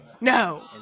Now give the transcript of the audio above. No